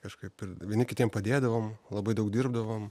kažkaip ir vieni kitiem padėdavom labai daug dirbdavom